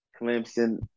Clemson